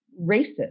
racist